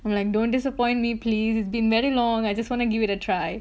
I'm like don't disappoint me please it's been very long I just want to give it a try